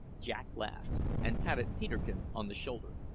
jack laughed, and patted peterkin on the shoulder.